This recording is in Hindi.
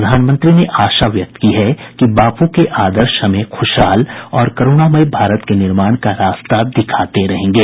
प्रधानमंत्री ने आशा व्यक्त की है कि बापू के आदर्श हमें खुशहाल और करुणामय भारत के निर्माण का रास्ता दिखाते रहेंगे